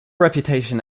reputation